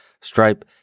Stripe